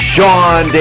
Sean